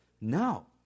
No